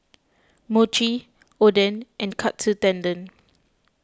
Mochi Oden and Katsu Tendon